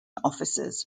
officers